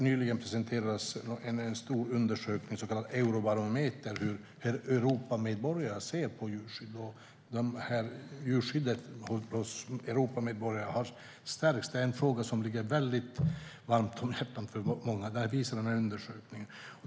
Nyligen presenterades en stor undersökning, en så kallad eurobarometer, om hur Europamedborgare ser på djurskydd. Djurskyddet i Europa är en fråga som ligger väldigt varmt om hjärtat hos många. Det visade undersökningen.